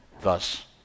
thus